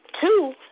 Two